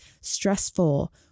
stressful